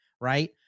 right